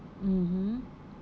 mmhmm